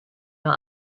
nur